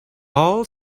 all